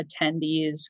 attendees